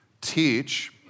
teach